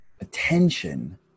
Attention